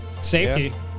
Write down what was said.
safety